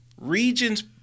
Regions